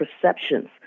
perceptions